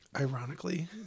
Ironically